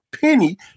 penny